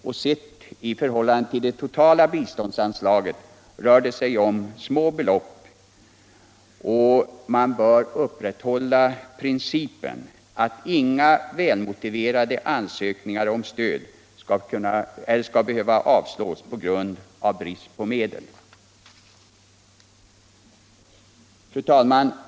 och sett i förhållande ull det totala biståndsanslaget rör det sig om små belopp. Man bör upprätthålla principen att inga välmotiverade ansökningar om stöd skall behöva avslås på grund av brist på medel. Fru talman!